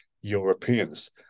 Europeans